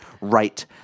right